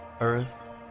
Earth